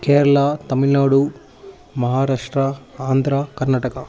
Kerala Tamil Nadu Maharashtra Andhra Karnataka